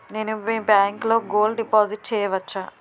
నేను మీ బ్యాంకులో గోల్డ్ డిపాజిట్ చేయవచ్చా?